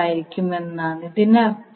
ആയിരിക്കുമെന്നാണ് ഇതിനർത്ഥം